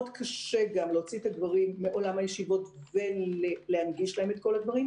מאוד קשה גם להוציא את הגברים מעולם הישיבות ולהנגיש להם את כל הדברים,